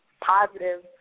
positive